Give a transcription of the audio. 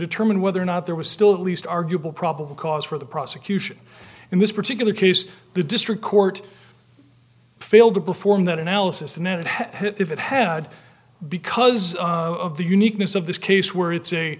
determine whether or not there was still at least arguable probable cause for the prosecution in this particular case the district court failed to perform that analysis and that it had hit if it had because of the uniqueness of this case where it's a